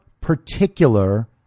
particular